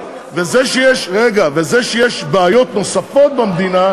וזה שיש, כבוד למסורת.